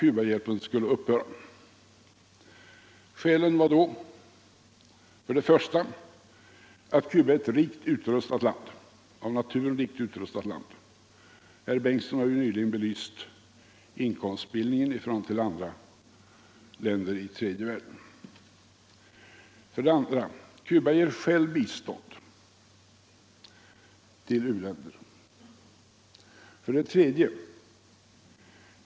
Cuba är ett av naturen rikt utrustat land. Herr förste vice talmannen Bengtson har ju nyligen belyst inkomstbildningen där i förhållande till andra länder i tredje världen. 2. Cuba ger självt bistånd till u-länder. 3.